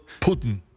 Putin